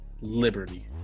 Liberty